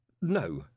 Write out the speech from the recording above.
No